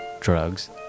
drugs